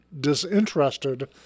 disinterested